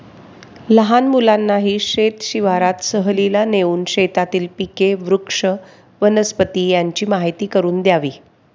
लहान मुलांनाही शेत शिवारात सहलीला नेऊन शेतातील पिके, वृक्ष, वनस्पती यांची माहीती करून द्यावी